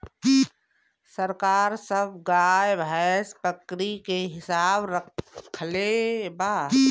सरकार सब गाय, भैंस, बकरी के हिसाब रक्खले बा